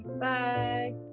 bye